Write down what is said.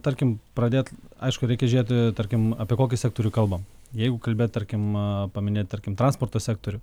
tarkim pradėt aišku reikia žiūrėt tarkim apie kokį sektorių kalbam jeigu kalbėt tarkim paminėt tarkim transporto sektorių